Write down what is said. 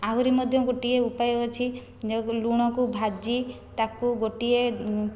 ଆହୁରି ମଧ୍ୟ ଗୋଟିଏ ଉପାୟ ଅଛି ଲୁଣକୁ ଭାଜି ତାକୁ ଗୋଟିଏ